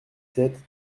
sept